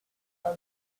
was